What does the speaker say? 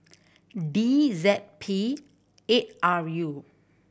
D Z P eight R U